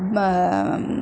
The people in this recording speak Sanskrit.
माम्